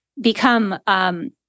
become